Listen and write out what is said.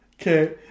Okay